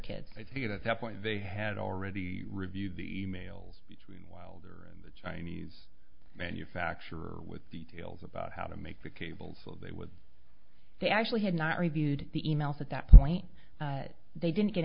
kid i think at that point they had already reviewed the emails between wilder and the chinese manufacturer with details about how to make the cables so they would they actually had not reviewed the emails at that point they didn't get